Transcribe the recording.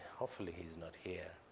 hopefully, he's not here.